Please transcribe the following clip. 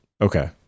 Okay